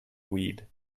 weed